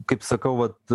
kaip sakau vat